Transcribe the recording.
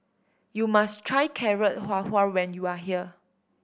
you must try Carrot Halwa when you are here